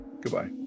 Goodbye